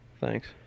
Thanks